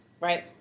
Right